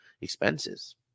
expenses